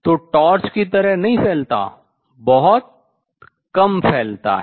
तो टॉर्च की तरह नहीं फैलता बहुत कम फैलता है